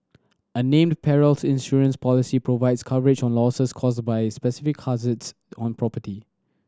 a named perils insurance policy provides coverage on losses caused by specific hazards on property